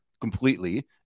completely